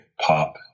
pop